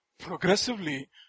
progressively